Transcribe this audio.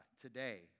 today